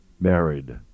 married